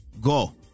Go